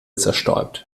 zerstäubt